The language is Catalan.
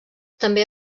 també